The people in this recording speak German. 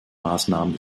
maßnahmen